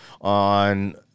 on –